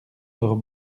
leurs